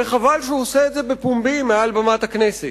וחבל שהוא עושה את זה בפומבי, מעל במת הכנסת.